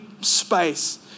space